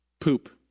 poop